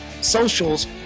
socials